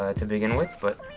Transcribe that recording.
ah to begin with, but